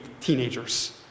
teenagers